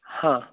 हा